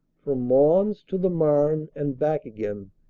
from mons to the marne and back again,